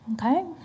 Okay